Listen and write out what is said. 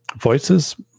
Voices